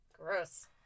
Gross